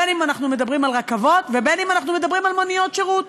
בין שאנחנו מדברים על רכבות ובין שאנחנו מדברים על מוניות שירות.